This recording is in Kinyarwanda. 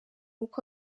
uko